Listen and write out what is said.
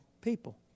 people